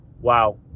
wow